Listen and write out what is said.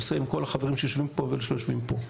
עושה עם כל החברים שיושבים פה ואלה שלא יושבים פה.